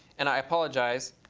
and i apologize.